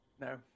no